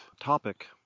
topic